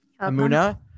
amuna